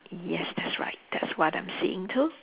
yes that's right that's what I'm seeing too